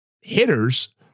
hitters